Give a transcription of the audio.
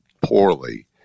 poorly